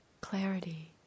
clarity